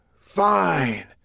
Fine